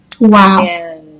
Wow